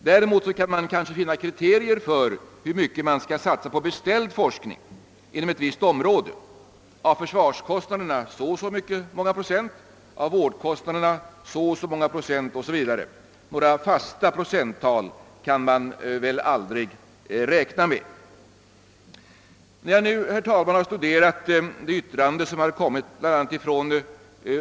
Däremot kan man kanske finna kriterier för hur mycket som skall satsas på beställd forskning inom ett visst område: av försvarskostnaderna så och så många procent, av vårdkostnaderna så och så många procent o.s.v. Några fasta procenttal kan man väl aldrig räkna med.